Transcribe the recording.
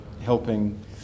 helping